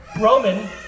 Roman